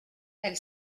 elle